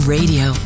Radio